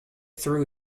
through